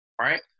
right